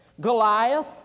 Goliath